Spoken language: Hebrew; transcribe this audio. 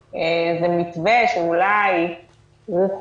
בזום זה לא נקרא "בפניו",